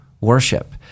worship